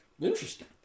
Interesting